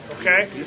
okay